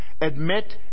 admit